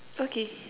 okay